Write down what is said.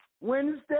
Wednesday